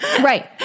Right